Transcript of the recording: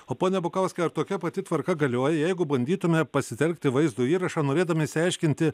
o pone bukauskai ar tokia pati tvarka galioja jeigu bandytume pasitelkti vaizdo įrašą norėdami išsiaiškinti